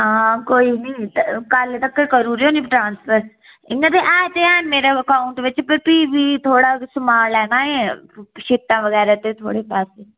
हां कोई नी कल तकर करी ओड़ेओ नी ट्रांसफर इयां ते ऐ ते हैन मेरे अकाउंट बिच्च पर फ्ही बी थोह्ड़ा सामान लैना ऐ शीटां बगैरा ते थोह्ड़े पैसे